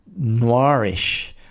noirish